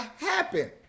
happen